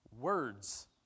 Words